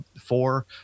four